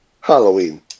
Halloween